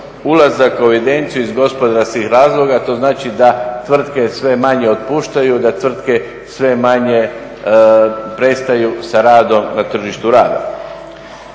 ulazaka u evidenciju iz gospodarskih razloga. To znači da tvrtke sve manje otpuštaju, da tvrtke sve manje prestaju sa radom na tržištu rada.